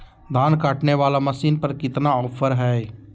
धान काटने वाला मसीन पर कितना ऑफर हाय?